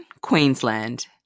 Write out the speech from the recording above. Queensland